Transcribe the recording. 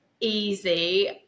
easy